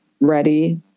ready